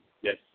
Yes